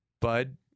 Bud